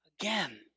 again